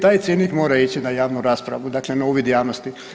Taj cjenik mora ići na javnu raspravu, dakle na uvid javnosti.